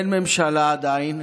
אין ממשלה עדיין,